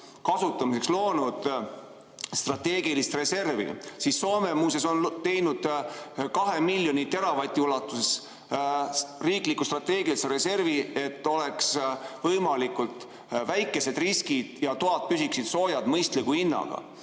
kasutamiseks loonud strateegilist reservi, siis Soome muuseas on teinud 2 miljoni teravati ulatuses riikliku strateegilise reservi, et oleks võimalikult väikesed riskid ja toad püsiksid soojad mõistliku hinnaga.